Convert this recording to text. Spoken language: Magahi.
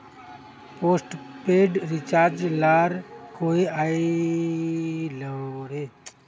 पोस्टपेड रिचार्ज लार कोए टाइम आर डेट फिक्स नि होछे